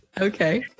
Okay